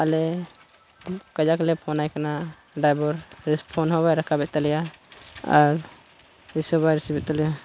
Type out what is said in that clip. ᱟᱞᱮ ᱠᱟᱡᱟᱠ ᱞᱮ ᱯᱷᱳᱱ ᱟᱭ ᱠᱟᱱᱟ ᱰᱟᱭᱵᱷᱟᱨ ᱥᱮᱥ ᱯᱷᱳᱱ ᱦᱚᱸ ᱵᱟᱭ ᱨᱟᱠᱟᱵᱮᱜ ᱛᱟᱞᱮᱭᱟ ᱟᱨ ᱨᱤᱥᱤᱵᱷ ᱦᱚᱸ ᱵᱟᱭ ᱨᱤᱥᱤᱵᱷᱮᱫ ᱛᱟᱞᱮᱭᱟ